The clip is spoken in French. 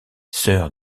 sœur